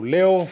Leo